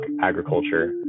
agriculture